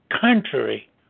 contrary